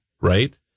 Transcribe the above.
right